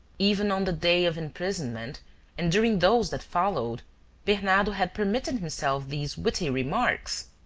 even on the day of imprisonment and during those that followed bernardo had permitted himself these witty remarks.